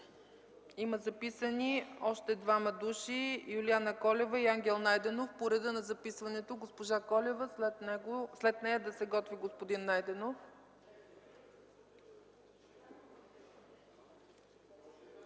има записани още двама души – Юлиана Колева и Ангел Найденов. По реда на записването – госпожа Колева, след нея да се готви господин Найденов.